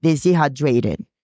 dehydrated